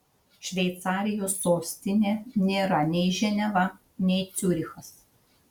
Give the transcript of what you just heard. šveicarijos sostinė nėra nei ženeva nei ciurichas